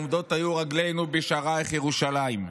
עֹמדות היו רגלינו בשערַיך ירושלם.